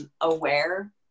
aware